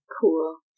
Cool